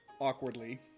awkwardly